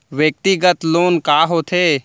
व्यक्तिगत लोन का होथे?